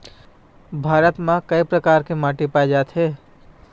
भारत म कय प्रकार के माटी पाए जाथे?